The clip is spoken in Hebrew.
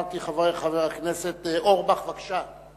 חבר הכנסת אורבך, בבקשה.